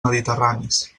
mediterranis